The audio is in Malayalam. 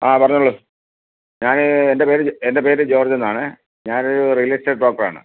ആ പറഞ്ഞുകൊള്ളൂ ഞാൻ എന്റെ പേര് എന്റെ പേര് ജോര്ജ് എന്നാണ് ഞാനൊരൂ റിയൽ എസ്റ്റേറ്റ് ബ്രോക്കർ ആണ്